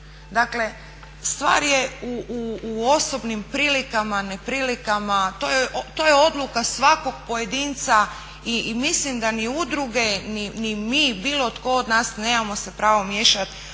Dakle, stvar je u osobnim prilikama, neprilikama, to je odluka svakog pojedinca i mislim da ni udruge, ni mi, bilo tko od nas nemamo se pravo miješat